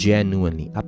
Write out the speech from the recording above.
Genuinely